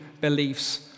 beliefs